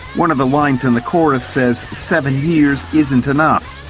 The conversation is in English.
one of the lines in the chorus says, seven years isn't enough.